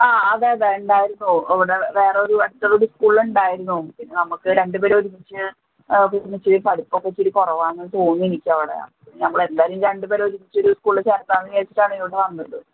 ആ അതെയതെ ഉണ്ടായിരുന്നു ഇവിടെ വേരൊരു അടുത്തുള്ളൊരു സ്കൂളിൽ ഉണ്ടായിരുന്നു പിന്നെ നമ്മൾക്ക് രണ്ടു പേരെയും ഒരുമിച്ച് പഠിപ്പൊക്കെ ഇച്ചിരി കുറവാണെന്ന് തോന്നി എനിക്ക് അവിടെ പിന്നെ നമ്മൾ എല്ലാവരേയും രണ്ടു പേരയും ഒരുമിച്ച് ഒരു സ്കൂളിൽ ചേർക്കാം എന്ന് വിചാരിച്ചിട്ടാണ് ഇവിടെ വന്നത്